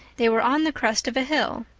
they were on the crest of a hill.